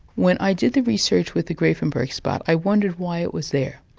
when i did the research with the grafenberg spot, i wondered why it was there.